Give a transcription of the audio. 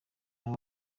wari